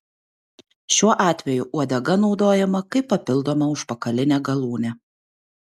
šiuo atveju uodega naudojama kaip papildoma užpakalinė galūnė